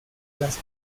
las